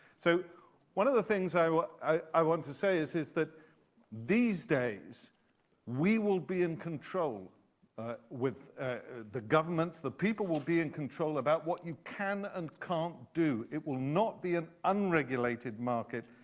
so one of the things what i want to say is is that these days we will be in control with the government the people will be in control about what you can and can't do. it will not be an unregulated market,